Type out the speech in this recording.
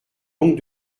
donc